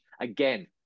Again